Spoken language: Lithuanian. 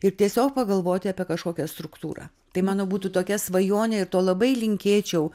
ir tiesiog pagalvoti apie kažkokią struktūrą tai mano būtų tokia svajonė ir to labai linkėčiau